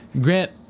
Grant